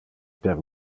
per